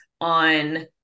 on